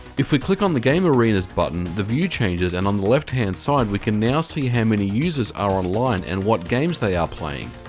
if we click on the game arenas button, the view changes, and, on the left hand side, we can now see how many users are online and what games they are playing.